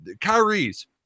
Kyrie's